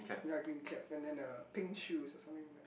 ya green cap and then a pink shoes something like that